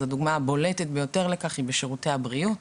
הדוגמה הבולטת לכך היא בשירותי הבריאות.